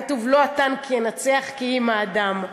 היה כתוב: לא הטנק ינצח כי אם האדם.